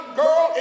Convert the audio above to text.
girl